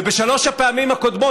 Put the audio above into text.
ובשלוש הפעמים הקודמות,